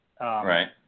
Right